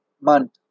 month